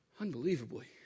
Unbelievably